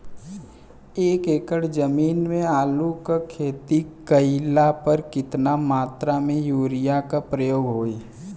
एक एकड़ जमीन में आलू क खेती कइला पर कितना मात्रा में यूरिया क प्रयोग होई?